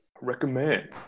recommend